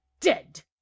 dead